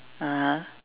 (uh huh)